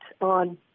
on